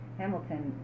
hamilton